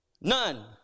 none